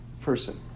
person